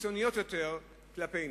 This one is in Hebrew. קיצוניות יותר כלפינו.